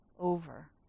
over